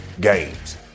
games